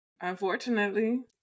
unfortunately